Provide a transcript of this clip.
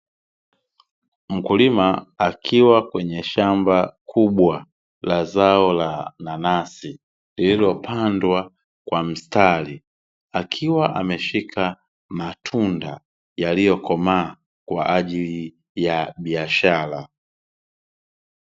Mkulima akiwa kwenye shamba kubwa, la zao la nanasi, lililopandwa kwa mstari, akiwa ameshika matunda yaliyokomaa kwa ajili ya biashara.